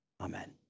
Amen